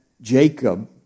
Jacob